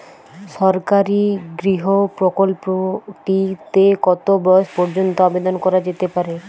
সরকারি গৃহ প্রকল্পটি তে কত বয়স পর্যন্ত আবেদন করা যেতে পারে?